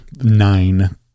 nine